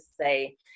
say